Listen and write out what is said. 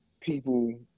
people